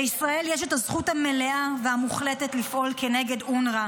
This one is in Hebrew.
לישראל יש את הזכות המלאה והמוחלטת לפעול כנגד אונר"א,